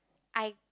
I